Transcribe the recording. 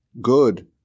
Good